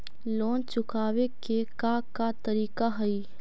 Loan चुकावे के का का तरीका हई?